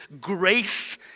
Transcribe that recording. grace